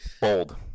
Bold